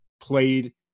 played